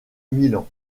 milan